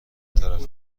طرف